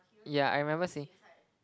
ya I remember seeing